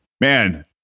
man